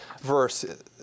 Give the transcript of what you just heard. verse